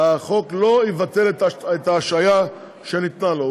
החוק לא יבטל את ההשעיה שניתנה לו.